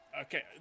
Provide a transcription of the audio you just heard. okay